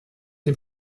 dem